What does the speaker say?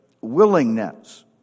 willingness